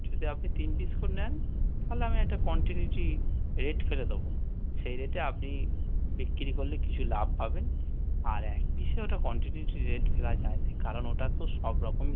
যদি আপনি তিন পিস করে নেন তাহলে আমি একটা কন্টিনিউটি রেট ফেলে দেবো সেই রেটে আপনি বিক্রি করলে কিছু লাভ পাবেন আর এক পিসে ওটা কন্টিনিউটি রেট ফেলা যায় নে কারণ ওটা তো সব রকম